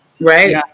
right